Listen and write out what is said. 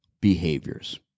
behaviors